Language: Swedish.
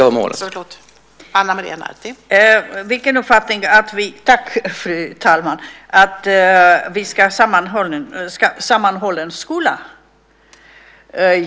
Fru talman!